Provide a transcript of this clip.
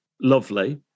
lovely